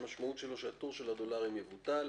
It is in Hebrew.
שמשמעותו שהטור של הדולרים יבוטל,